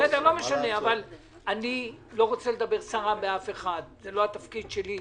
אני לא רוצה לדבר סרה באף אחד, זה לא התפקיד שלי.